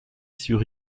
sur